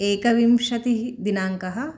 एकविंशतिः दिनाङ्कः